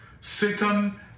Satan